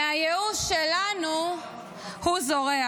מהייאוש שלנו הוא זורח.